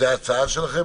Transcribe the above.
זאת ההצעה שלכם?